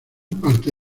parte